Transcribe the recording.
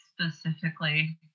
specifically